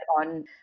on